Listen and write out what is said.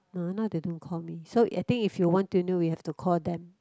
nah now they don't call me so I think if you want to know you have to call them